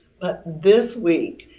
but this week,